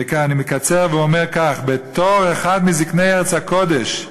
וכאן אני מקצר וממשיך לצטט: "בתור אחד מזקני ארץ הקודש,